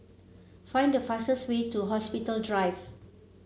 find the fastest way to Hospital Drive